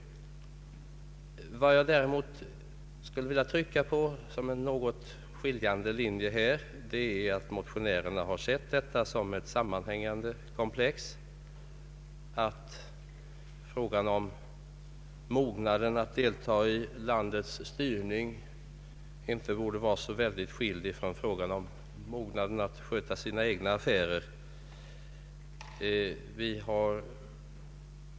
Vad som däremot skiljer oss åt är att motionärerna har sett detta som ett sammanhängande komplex och att frågan om mognaden att delta i landets styrning inte borde vara så skild från frågan om mognaden att sköta sina egna affärer.